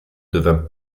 devint